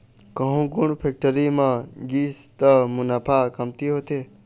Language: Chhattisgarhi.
कहूँ गुड़ फेक्टरी म गिस त मुनाफा कमती होथे